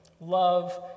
love